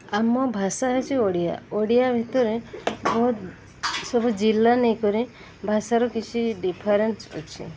ଆମ ଭାଷା ହେଉଛି ଓଡ଼ିଆ ଓଡ଼ିଆ ଭିତରେ ବହୁ ସବୁ ଜିଲ୍ଲା ନେଇକରି ଭାଷାର କିଛି ଡିଫରେନ୍ସ ଅଛି